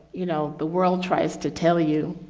you know, the world tries to tell you,